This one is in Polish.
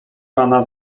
pana